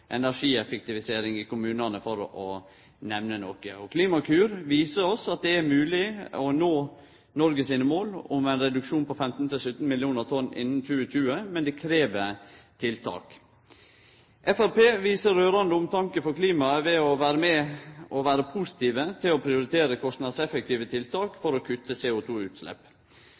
energieffektivisering i kommunane, for å nemne noko. Klimakur viser oss at det er mogleg å nå Noreg sine mål om ein reduksjon på 15–17 mill. tonn innan 2020, men det krev tiltak. Framstegspartiet viser rørande omtanke for klimaet ved å vere med og vere positive til å prioritere kostnadseffektive tiltak for å kutte